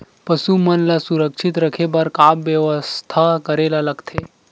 पशु मन ल सुरक्षित रखे बर का बेवस्था करेला लगथे?